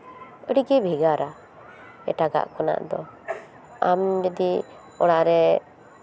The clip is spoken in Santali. ᱟᱹᱰᱤᱜᱮ ᱵᱷᱮᱜᱟᱨᱟ ᱮᱴᱟᱜ ᱟᱜ ᱠᱷᱚᱱᱟᱜ ᱫᱚ ᱟᱢ ᱡᱩᱫᱤ ᱚᱲᱟᱜ ᱨᱮ